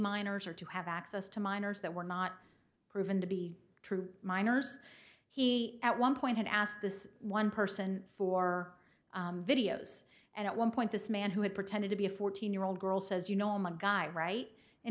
miners or to have access to miners that were not proven to be true miners he at one point had asked this one person for videos and at one point this man who had pretended to be a fourteen year old girl says you know i'm a guy right and